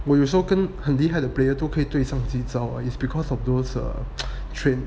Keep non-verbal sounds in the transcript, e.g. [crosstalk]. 我有时候跟很厉害的 player 都可以对上几招啊 is because of those [noise] train